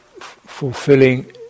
fulfilling